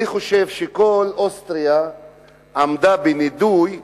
אני חושב שכל אוסטריה עמדה בנידוי,